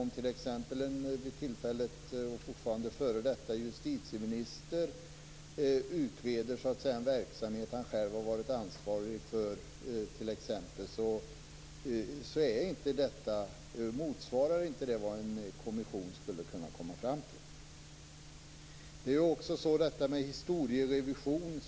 Om t.ex. en f.d. justitieminister utreder en verksamhet som han själv har varit ansvarig för så motsvarar inte det vad en kommission skulle kunna komma fram till. Pär-Axel Sahlberg gör ett nummer av historierevisionen.